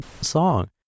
song